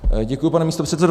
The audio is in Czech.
Děkuji, pane místopředsedo.